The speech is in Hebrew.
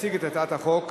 יציג את הצעת החוק,